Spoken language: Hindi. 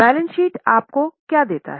बैलेंस शीट आपको क्या देता है